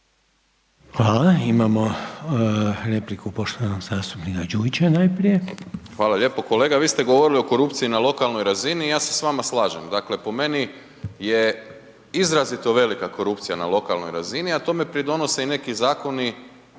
Hvala. Imamo repliku poštovanog zastupnika Đujića, najprije. **Đujić, Saša (SDP)** Hvala lijepo. Kolega vi ste govorili o korupciji na lokalnoj razini i ja se s vama slažem, dakle, po meni je izrazito velika korupcija na lokalnoj razini, ali tome pridonosi i neki zakon,